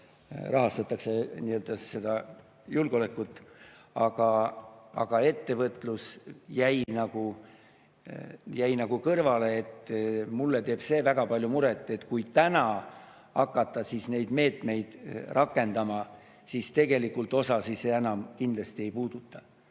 rahastatakse julgeolekut, aga ettevõtlus jäi nagu kõrvale. Mulle teeb see väga palju muret. Kui täna hakata neid meetmeid rakendama, siis tegelikult osa see enam kindlasti ei puuduta.